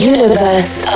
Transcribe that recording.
Universe